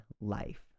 life